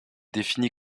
définie